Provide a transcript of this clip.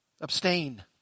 Abstain